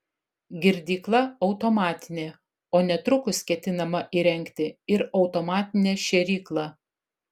girdykla automatinė o netrukus ketinama įrengti ir automatinę šėryklą